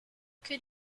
could